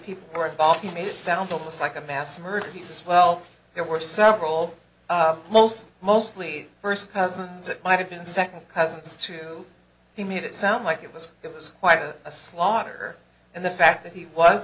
people were involved he made it sound almost like a mass murder he says well there were several holes mostly first cousins it might have been second cousins to he made it sound like it was it was quite a slaughter and the fact that he was